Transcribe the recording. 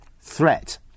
threat